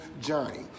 journey